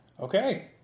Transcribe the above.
Okay